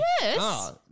Yes